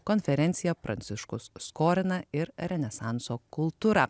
konferenciją pranciškus skorina ir renesanso kultūra